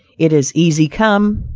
it is easy come,